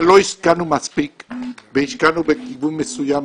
אבל לא השקענו מספיק והשקענו בכיוון מסוים,